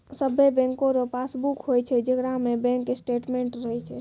सभे बैंको रो पासबुक होय छै जेकरा में बैंक स्टेटमेंट्स रहै छै